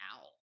owl